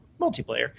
multiplayer